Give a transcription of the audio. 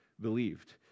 believed